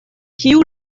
kiu